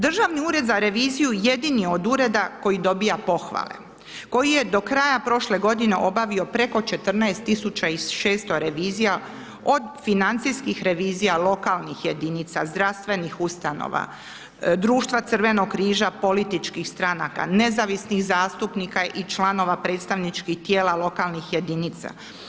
Državni ured za reviziju jedini je od ureda koji dobiva pohvale, koji je do kraja prošle godine obavio preko 14 600 revizija, od financijskih revizija lokalnih jedinica, zdravstvenih ustanova, društva Crvenog križa, političkih stranaka, nezavisnih zastupnika i članova predstavničkih tijela lokalnih jedinica.